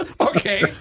Okay